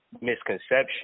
misconception